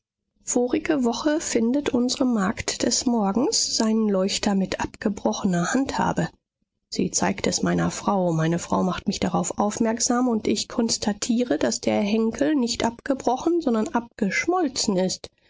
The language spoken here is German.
vorige woche findet unsre magd des morgens seinen leuchter mit abgebrochener handhabe sie zeigt es meiner frau meine frau macht mich darauf aufmerksam und ich konstatiere daß der henkel nicht abgebrochen sondern abgeschmolzen ist